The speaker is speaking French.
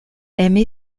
aimé